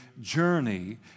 journey